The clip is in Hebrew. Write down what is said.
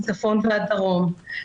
מצפון ועד דרום,